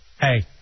Hey